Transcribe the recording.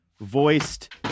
voiced